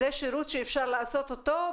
זה שירות שאפשר לעשות אותו,